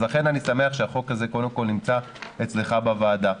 אז לכן אני שמח שהחוק הזה קודם כול נמצא אצלך בוועדה.